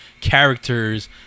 characters